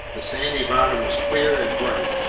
the sandy bottom was clear and bright.